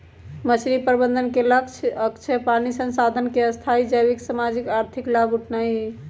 मछरी प्रबंधन के लक्ष्य अक्षय पानी संसाधन से स्थाई जैविक, सामाजिक, आर्थिक लाभ उठेनाइ हइ